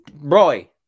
roy